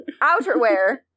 outerwear